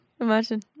imagine